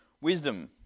wisdom